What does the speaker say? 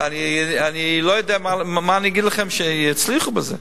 ואני לא יודע מה אני אגיד לכם, שיצליחו בזה.